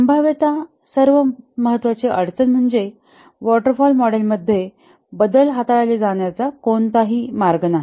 संभाव्यत सर्वात महत्वाची अडचण म्हणजे वॉटर फॉल मॉडेलमध्ये बदल हाताळले जाण्याचा कोणताही मार्ग नाही